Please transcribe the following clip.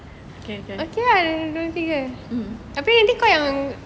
can can mm